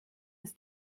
ist